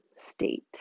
state